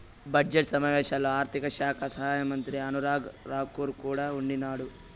budget సమావేశాల్లో ఆర్థిక శాఖ సహాయమంత్రి అనురాగ్ రాకూర్ కూడా ఉండిన్నాడు